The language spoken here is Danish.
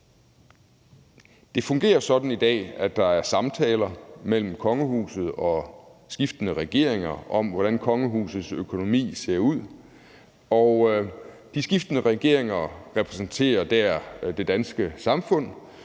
Det fungerer sådan i dag, at der er samtaler mellem kongehuset og skiftende regeringer om, hvordan kongehusets økonomi ser ud, og de skiftende regeringer repræsenterer det danske samfund